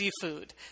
seafood